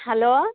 hello